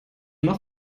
noch